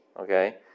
okay